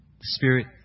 Spirit